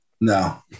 No